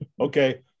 Okay